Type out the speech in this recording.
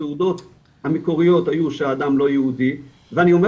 התעודות המקוריות היו שהאדם לא יהודי ואני אומר